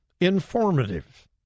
informative